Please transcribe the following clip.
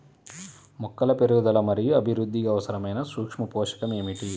మొక్కల పెరుగుదల మరియు అభివృద్ధికి అవసరమైన సూక్ష్మ పోషకం ఏమిటి?